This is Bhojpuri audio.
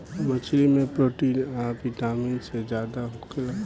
मछली में प्रोटीन आ विटामिन सी ज्यादे होखेला